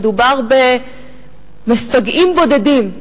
מדובר במפגעים בודדים.